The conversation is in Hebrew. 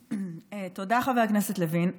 תודה, חבר הכנסת לוין.